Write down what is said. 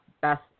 best